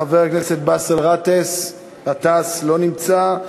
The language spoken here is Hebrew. חבר הכנסת באסל גטאס, לא נמצא.